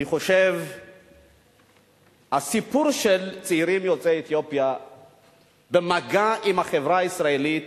אני חושב שהסיפור של הצעירים יוצאי אתיופיה במגע עם החברה הישראלית